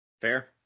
fair